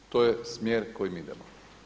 To je smjer kojim idemo.